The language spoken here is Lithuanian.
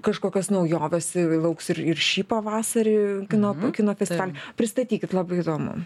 kažkokios naujovės lauks ir ir šį pavasarį kino kino festivaly pristatykit labai įdomu tai